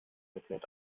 erklärt